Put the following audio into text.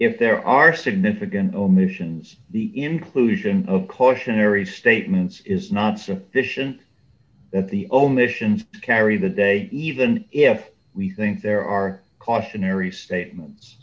if there are significant omissions the inclusion of caution or if statements is not sufficient that the omissions carry the day even if we think there are cautionary statements